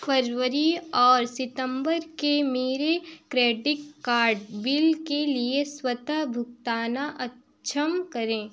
February और सितम्बर के मेरे क्रेडिट कार्ड बिल के लिए स्वतः भुगतान अक्षम करें